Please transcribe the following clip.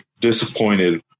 disappointed